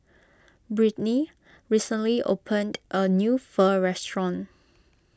Brittnie recently opened a new Pho restaurant